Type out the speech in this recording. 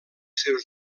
seus